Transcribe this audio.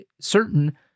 certain